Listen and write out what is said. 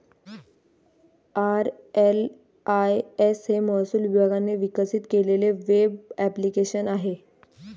RLIS हे महसूल विभागाने विकसित केलेले वेब ॲप्लिकेशन आहे